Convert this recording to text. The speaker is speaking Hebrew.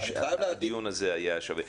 שהדיון הזה היה שווה.